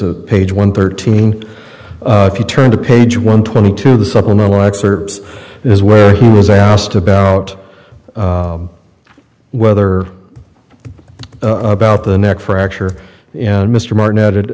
of page one thirteen if you turn to page one twenty two of the supplemental excerpts is where i was asked about whether about the neck fracture and mr martin added